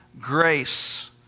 grace